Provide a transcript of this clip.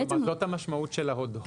זאת המשמעות של ההודאה.